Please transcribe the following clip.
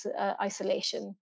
isolation